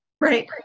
right